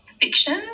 fiction